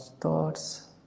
thoughts